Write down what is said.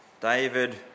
David